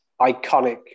Iconic